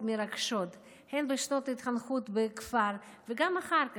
מרגשות הן בשנות ההתחנכות בכפר וגם אחר כך,